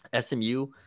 SMU